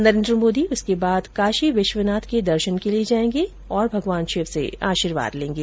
नरेन्द्र मोदी उसके बाद काशी विश्वनाथ के दर्शन के लिए जाएंगे और भगवान शिव से आर्शीवाद लेंगे